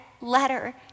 letter